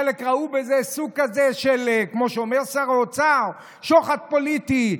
חלק ראו בזה סוג של שוחד פוליטי,